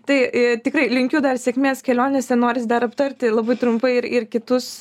tai e tikrai linkiu dar sėkmės kelionėse noris dar aptarti labai trumpai ir ir kitus